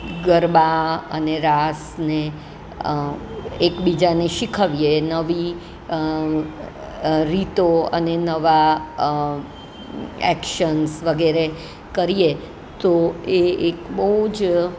ગરબા અને રાસને એકબીજાને શીખવીએ નવી રીતો અને નવા એકશન્સ વગેરે કરીએ તો એ એક બહુ જ